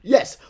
Yes